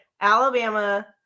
Alabama